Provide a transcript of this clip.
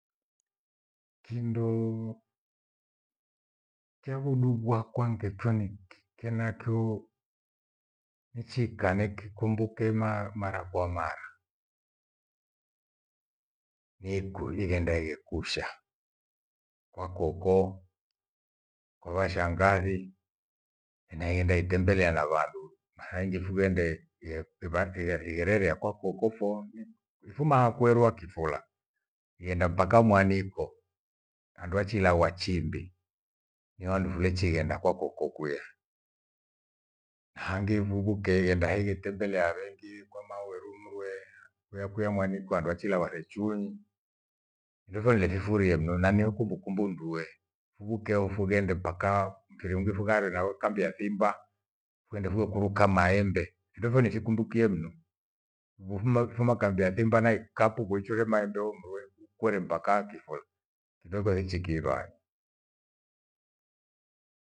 Kindo cha vundugwa kwanke choniki, kenachio nichikane kikumbuke mara kwa mara. Niku ighenda hiyo kusha kwa kokoo kwa vashangazi hena ingenda itemebela na vandu. Mathaa hii ingefuga ipate ghari iherere yakwako huko phoa. Hifuma kwerua kifula ighenda mpaka mwaniko. Handu wachila uwachimbi ni vandu vulechighenda kwako kokuya. Hangi nguku keighenda heigetembela vengi kwama weromrie kuya kuya mwani kwandu wachira warechunyi. Findotho nilethifurie mno nani ukumbukumbu ndue, fughukhe ufughende mpaka mpiri unge fugari nayo kambi ya thimba kwende vio kuruka maembe. Phindofo nivikumbukie mno, wofuma klabu ya simba na ikapu kuicho ghema embe umbue, kuore mpaka kifole kindo vaichi kindo kwaichi kirwa.